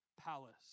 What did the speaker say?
palace